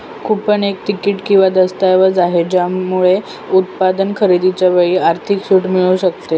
coupon एक तिकीट किंवा दस्तऐवज आहे, याच्यामुळे उत्पादन खरेदीच्या वेळी आर्थिक सूट मिळू शकते